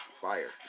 fire